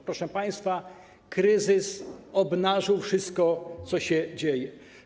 Proszę państwa, kryzys obnażył wszystko, co się dzieje.